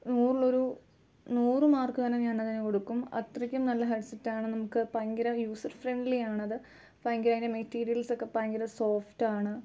നൂറിലൊരു നൂറു മാർക്ക് തന്നെ ഞാനതിന് കൊടുക്കും അത്രയ്ക്കും നല്ല ഹെഡ് സെറ്റാണ് നമുക്ക് ഭയങ്കര യൂസർ ഫ്രണ്ട്ലി ആണത് ഭയങ്കര അതിൻ്റെ മെറ്റീരിയൽസൊക്കെ ഭയങ്കര സോഫ്റ്റാണ്